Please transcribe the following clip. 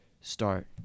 start